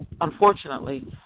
unfortunately